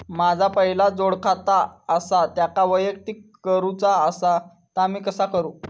माझा पहिला जोडखाता आसा त्याका वैयक्तिक करूचा असा ता मी कसा करू?